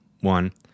one